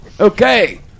Okay